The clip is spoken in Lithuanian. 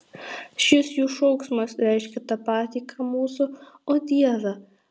šis jų šauksmas reiškia tą patį ką mūsų o dieve